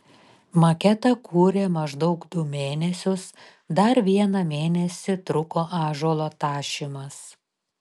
maketą kūrė maždaug du mėnesius dar vieną mėnesį truko ąžuolo tašymas